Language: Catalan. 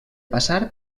passar